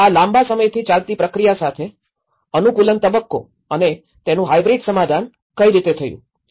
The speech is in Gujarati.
અને આ લાંબા સમયથી ચાલતી પ્રક્રિયા સાથે અનુકૂલન તબક્કો અને તેનું હાયબ્રીડ સમાધાન કઈ રીતે થયું